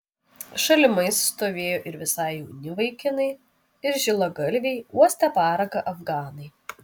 šalimais stovėjo ir visai jauni vaikinai ir žilagalviai uostę paraką afganai